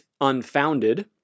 unfounded